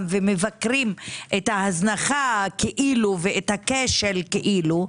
ומבקרים את ההזנחה כאילו ואת הכשל כאילו,